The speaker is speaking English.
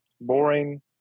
boring